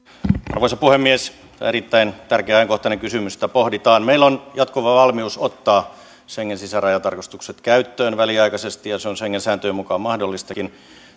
arvoisa puhemies tämä oli erittäin tärkeä ja ajankohtainen kysymys jota pohditaan meillä on jatkuva valmius ottaa schengen sisärajatarkastukset käyttöön väliaikaisesti ja se on schengen sääntöjen mukaan mahdollistakin